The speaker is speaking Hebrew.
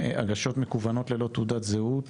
הגשות מקוונות ללא תעודת זהות